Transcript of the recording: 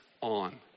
on